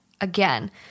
again